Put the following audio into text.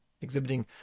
exhibiting